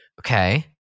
Okay